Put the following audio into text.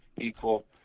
equal